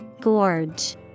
Gorge